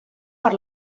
per